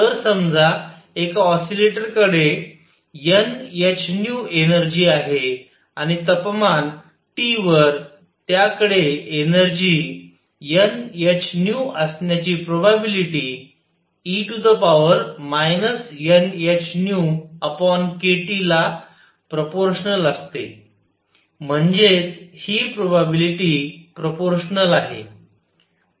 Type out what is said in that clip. तर समजा एका ऑसीलेटरकडे n h एनर्जी आहे आणि तपमान T वर त्याकडे एनर्जी n h असण्याची प्रोबॅबिलिटी e nhνkT ला प्रोपोर्शनल असते म्हणजेच हि प्रोबॅबिलिटी प्रोपोर्शनल आहे